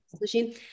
machine